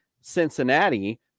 Cincinnati